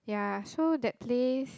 yeah so that place